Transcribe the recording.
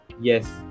Yes